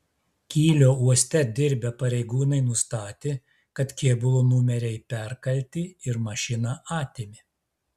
kylio uoste dirbę pareigūnai nustatė kad kėbulo numeriai perkalti ir mašiną atėmė